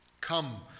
Come